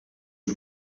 and